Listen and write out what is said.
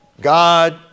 God